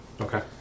Okay